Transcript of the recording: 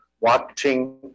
watching